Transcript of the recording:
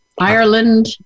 Ireland